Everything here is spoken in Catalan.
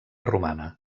romana